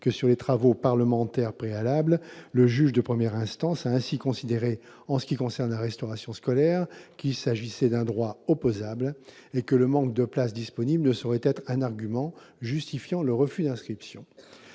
que sur les travaux parlementaires préalables, le juge de première instance a ainsi considéré, en ce qui concerne la restauration scolaire, qu'il s'agissait d'un droit opposable et que le manque de place disponible ne saurait être un argument justifiant le refus d'inscription.